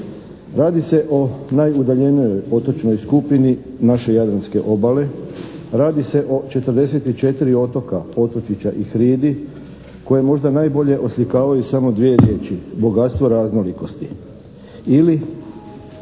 Radi se o najudaljenijoj otočnoj skupini naše jadranske obale, radi se o 44 otoka, otočića i hridi koje možda najbolje oslikavaju samo dvije riječi "bogatstvo raznolikosti"